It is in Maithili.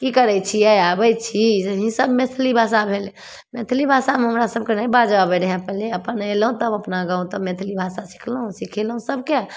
कि करै छिए आबै छी इएहसब मैथिली भाषा भेलै मैथिली भाषामे हमरासभके नहि बाजै रहै पहिले अपन अएलहुँ तब अपना गाँव तऽ मैथिली भाषा सिखलहुँ सिखेलहुँ सभके